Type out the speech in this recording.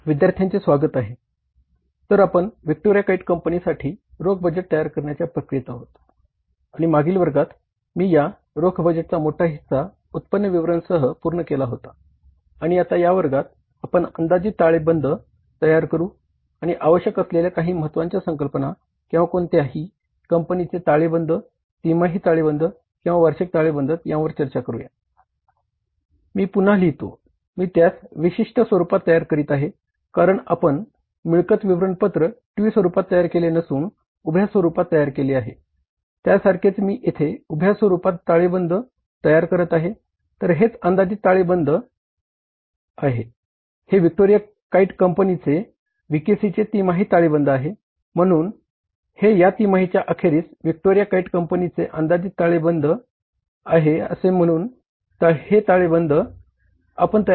विद्यार्थ्यांचे स्वागत आहे तर आपण व्हिक्टोरिया काईट कंपनीसाठी यांवर चर्चा करूया